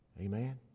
Amen